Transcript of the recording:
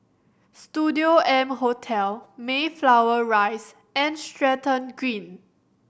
Studio M Hotel Mayflower Rise and Stratton Green